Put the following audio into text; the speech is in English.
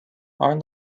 are